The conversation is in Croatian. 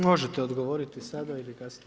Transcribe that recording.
Možete odgovoriti sada ili kasnije.